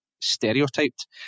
stereotyped